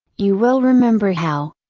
you will remember how,